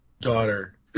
daughter